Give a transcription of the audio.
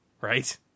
right